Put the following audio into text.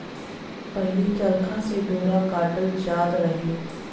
पहिले चरखा से डोरा काटल जात रहे